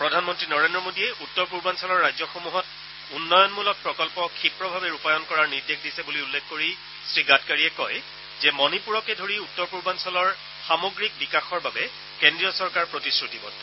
প্ৰধানমন্ত্ৰী নৰেন্দ্ৰ মোদীয়ে উত্তৰ পূৰ্বাঞ্চলৰ ৰাজ্যসমূহত উন্নয়নমূলক প্ৰকল্প ক্ষিপ্ৰভাৱে ৰূপায়ণ কৰাৰ নিৰ্দেশ দিছে বুলি উল্লেখ কৰি শ্ৰীগাডকাৰীয়ে কয় যে মণিপুৰকে ধৰি উত্তৰ পূৰ্বাঞলৰ সামগ্ৰিক বিকাশৰ বাবে কেন্দ্ৰীয় চৰকাৰ প্ৰতিশ্ৰুতিবদ্ধ